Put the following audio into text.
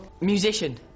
Musician